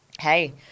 hey